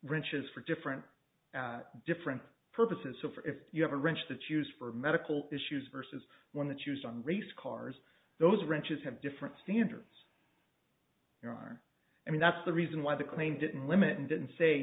branches for different different purposes so for if you have a wrench that's used for medical issues versus one that used on race cars those wrenches have different standards there are i mean that's the reason why the claim didn't limit and didn't say